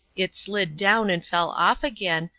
it slid down and fell off again,